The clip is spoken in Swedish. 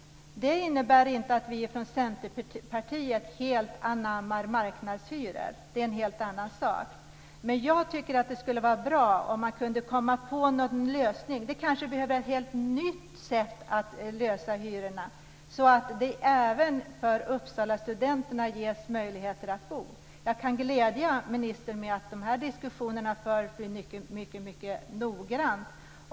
Det innebär inte att vi från Centerpartiet helt anammar marknadshyror. Det är en helt annan sak. Men jag tycker att det skulle vara bra om man kunde komma på någon lösning. Det kanske behövs ett helt nytt sätt att komma till rätta med hyrorna så att även Uppsalastudenterna ges möjligheter att bo någonstans. Jag kan glädja ministern med att de här diskussionerna förs mycket noggrant.